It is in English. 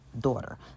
daughter